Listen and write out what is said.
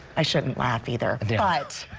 i shouldn't laugh either diet.